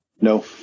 no